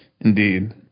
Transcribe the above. Indeed